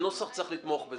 הנוסח צריך לתמוך בזה.